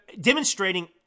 Demonstrating